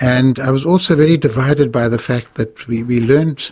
and i was also very divided by the fact that we we learned